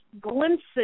glimpses